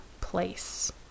place